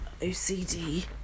ocd